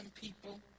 people